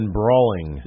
brawling